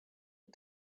but